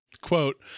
quote